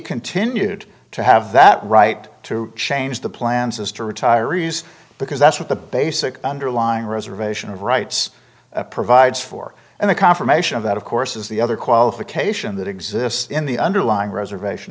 continued to have that right to change the plans as to retirees because that's what the basic underlying reservation of rights provides for and the confirmation of that of course is the other qualification that exists in the underlying reservation